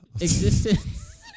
existence